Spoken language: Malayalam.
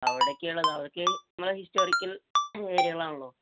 അവിടെയൊക്കെയാണുള്ളത് അതൊക്കെ നമ്മുടെ ഹിസ്റ്റോറിക്കൽ ഏരിയകളാണല്ലോ